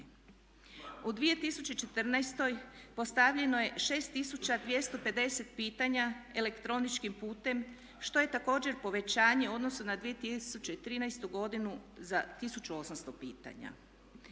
U 2014. postavljeno je 6250 pitanja elektroničkim putem što je također povećanje u odnosu na 2013. godinu za 1800 pitanja.